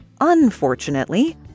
Unfortunately